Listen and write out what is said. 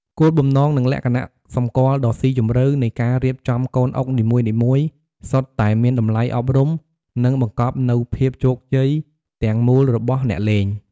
គោលបំណង និងលក្ខណៈសម្គាល់ដ៏ស៊ីជម្រៅ នៃការរៀបចំកូនអុកនីមួយៗសុទ្ធតែមានតម្លៃអប់រំនិងបង្កប់នូវភាពជោគជ័យទាំងមូលរបស់អ្នកលេង។